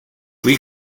qui